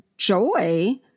Joy